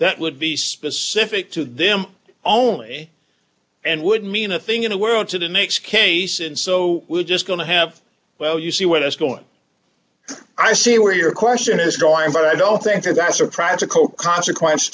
that would be specific to them only and would mean a thing in the world to the next case and so we're just going to have well you see what is going i see where your question is going but i don't think that's a practical consequence